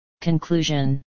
Conclusion